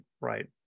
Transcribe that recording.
right